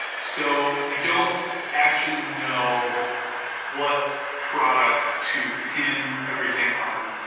so we don't actually know what products to pin everything on.